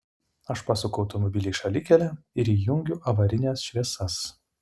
aš pasuku automobilį į šalikelę ir įjungiu avarines šviesas